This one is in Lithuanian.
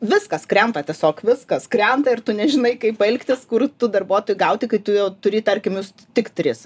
viskas krenta tiesiog viskas krenta ir tu nežinai kaip elgtis kur tų darbuotojų gauti kai tu jau turi tarkim juos tik tris